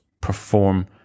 perform